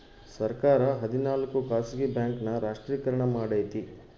ಸರ್ಕಾರ ಹದಿನಾಲ್ಕು ಖಾಸಗಿ ಬ್ಯಾಂಕ್ ನ ರಾಷ್ಟ್ರೀಕರಣ ಮಾಡೈತಿ